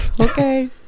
okay